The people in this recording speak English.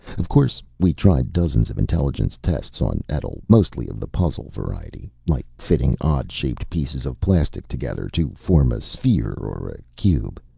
of course we tried dozens of intelligence tests on etl, mostly of the puzzle variety, like fitting odd-shaped pieces of plastic together to form a sphere or a cube.